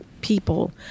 people